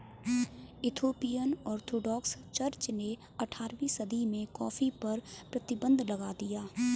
Ethiopian Orthodox church ने अठारहवीं सदी में कॉफ़ी पर प्रतिबन्ध लगा दिया